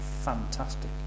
fantastic